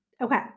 Okay